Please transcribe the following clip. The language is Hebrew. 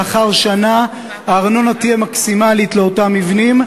לאחר שנה הארנונה תהיה מקסימלית לאותם מבנים,